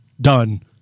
Done